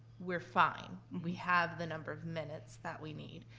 we're fine. we have the number of minutes that we need.